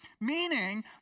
Meaning